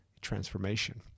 transformation